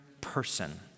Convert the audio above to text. person